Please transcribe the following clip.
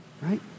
right